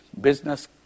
business